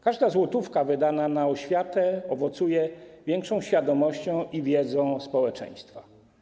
Każda złotówka wydana na oświatę owocuje większą świadomością i wiedzą społeczeństwa.